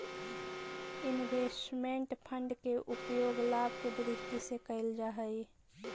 investment fund के उपयोग लाभ के दृष्टि से कईल जा हई